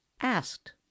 asked